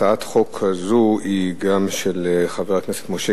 הצעת החוק הזו היא גם של חבר הכנסת משה